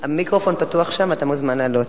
המיקרופון פתוח שם, אתה מוזמן לעלות.